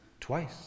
twice